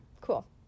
cool